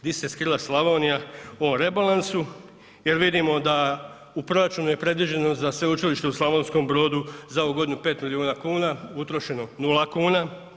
Di se skrila Slavonija u ovom rebalansu jer vidimo da u proračunu je predviđeno za Sveučilište u Slavonskom Brodu za ovu godinu 5 milijuna kuna, utrošeno nula kuna.